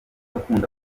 akunda